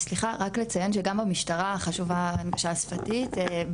סליחה, רק לציין שגם במשטרה חשובה הנגשה שפתית.